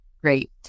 Great